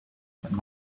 but